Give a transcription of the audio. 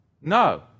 No